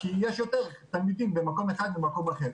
כי יש יותר תלמידים במקום אחד ממקום אחר.